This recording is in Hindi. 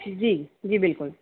जी जी बिल्कुल